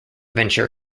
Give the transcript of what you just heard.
venture